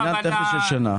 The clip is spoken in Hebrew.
זה עניין טכני של שנה.